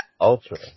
Ultra